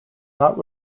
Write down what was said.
not